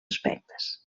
aspectes